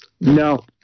No